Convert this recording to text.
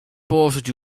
położyć